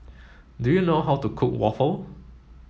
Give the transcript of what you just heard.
do you know how to cook waffle